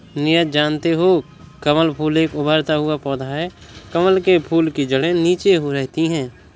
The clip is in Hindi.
नीरज जानते हो कमल फूल एक उभरता हुआ पौधा है कमल के फूल की जड़े नीचे रहती है